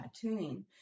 tattooing